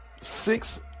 six